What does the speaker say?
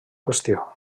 qüestió